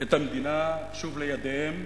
את המדינה שוב לידיהם,